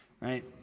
right